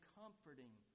comforting